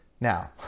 Now